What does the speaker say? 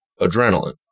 adrenaline